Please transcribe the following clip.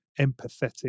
empathetic